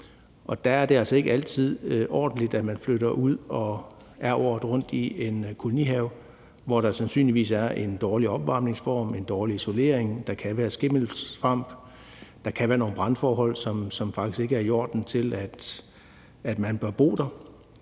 Der er det altså ikke altid ordentligt, at man flytter ud og er året rundt i en kolonihave, hvor der sandsynligvis er en dårlig opvarmningsform, en dårlig isolering, der kan være skimmelsvamp, og der kan være nogle brandforhold, som faktisk ikke er i orden, og som gør, at man ikke bør bo der.